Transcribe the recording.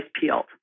peeled